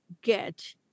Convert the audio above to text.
get